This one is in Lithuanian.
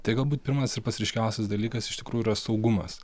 tai galbūt pirmas ir pats ryškiausias dalykas iš tikrųjų yra saugumas